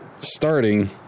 starting